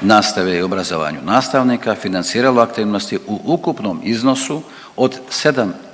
nastave i obrazovanju nastavnika financirala aktivnosti u ukupnom iznosu od 7,5